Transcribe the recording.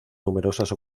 numerosas